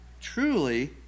truly